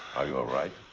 are you alright?